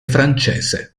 francese